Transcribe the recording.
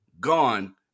gone